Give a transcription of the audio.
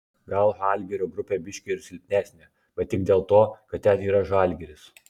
gal žalgirio grupė biški ir silpnesnė bet tik dėl to kad ten yra žalgiris